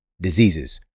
diseases